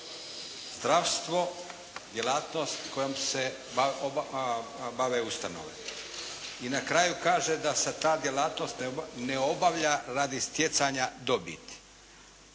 zdravstvo djelatnost kojom se bave ustanove. I na kraju kaže da se ta djelatnost ne obavlja radi stjecanja dobiti.